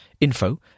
Info